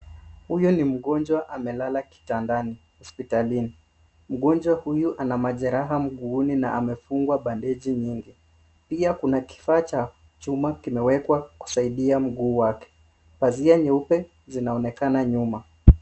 Huyo ni mgonjwa amelala kitandani hospitalini. Mgonjwa huyu ana majeraha mguuni na amefungwa bandeji nyingi. Pia kuna kifaa cha chuma kimewekwa kusaidia mguu wake. Pazia nyeupe zinaonekana nyuma.